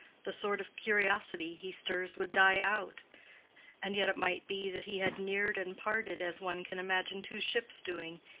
the sort of curiosity he stirs would die out and yet it might be that he had neared and parted as one can imagine two ships doing,